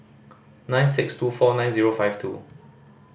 nine six two four nine zero five two